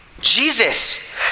Jesus